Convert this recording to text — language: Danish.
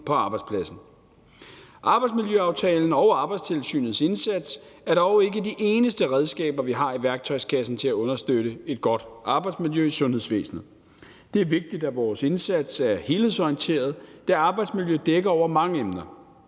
på arbejdspladsen. Arbejdsmiljøaftalen og Arbejdstilsynets indsats er dog ikke de eneste redskaber, vi har i værktøjskassen, til at understøtte et godt arbejdsmiljø i sundhedsvæsenet. Det er vigtigt, at vores indsats er helhedsorienteret, da arbejdsmiljø dækker over mange emner.